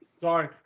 Sorry